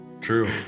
true